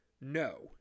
No